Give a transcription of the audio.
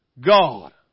God